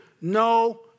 No